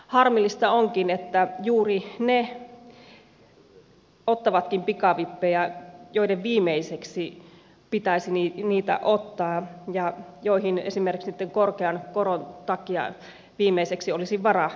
harmillista onkin että pikavippejä ottavatkin juuri ne joiden viimeiseksi pitäisi niitä ottaa ja joiden esimerkiksi niitten korkean koron takia viimeiseksi olisi varaa niitä ottaa